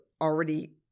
already